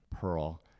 pearl